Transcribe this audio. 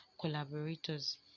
collaborators